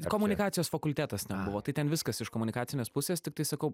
komunikacijos fakultetas ten buvo tai ten viskas iš komunikacinės pusės tiktai sakau